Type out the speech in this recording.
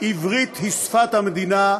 עברית היא שפת המדינה,